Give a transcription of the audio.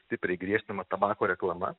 stipriai griežtinama tabako reklama